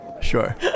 Sure